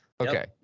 Okay